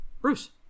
Bruce